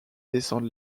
descendre